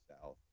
South